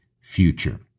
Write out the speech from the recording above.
future